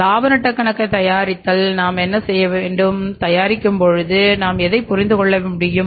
இலாப நட்டக் கணக்கைத் தயாரித்தால் நாம் என்ன செய்கிறோம் என்பதை புரிந்து கொள்ள முடியும்